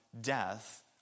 death